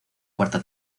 cuarta